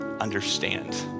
understand